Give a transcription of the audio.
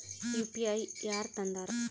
UPI ಯಾರ್ ತಂದಾರ?